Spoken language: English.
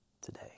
today